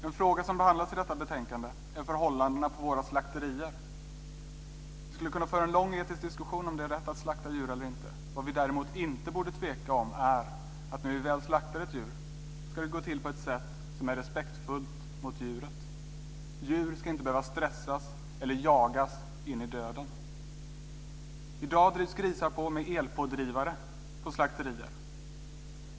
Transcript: En fråga som behandlas i betänkandet är förhållandena på våra slakterier. Vi skulle kunna föra en lång etisk diskussion om huruvida det är rätt att slakta djur eller inte. Vad vi däremot inte borde tveka om är att när vi väl slaktar ett djur ska det gå till på ett sätt som är respektfullt mot djuret. Djur ska inte behöva stressas eller jagas in i döden. I dag drivs grisar på med elpådrivare i slakterierna.